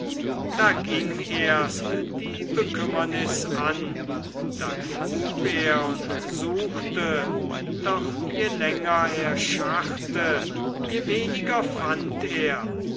da ging erst die bekümmernis an da grub er und suchte doch je länger er scharrte je weniger fand er